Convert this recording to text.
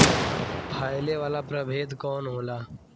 फैले वाला प्रभेद कौन होला?